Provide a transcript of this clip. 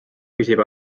küsib